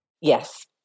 Yes